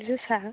जोसा